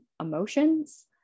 emotions